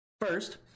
First